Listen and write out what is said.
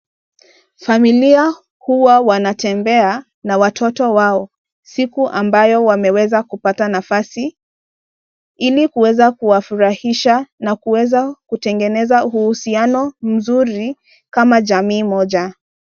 Familia huwa wanatembea na watoto wao ile siku wamepata nafasi ili kuwafurahisha na kuweza kutengeneza uhusiano mzuri kama jamii moja.